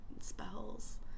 spells